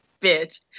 bitch